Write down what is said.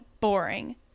boring